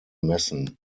messen